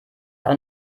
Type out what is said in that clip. auch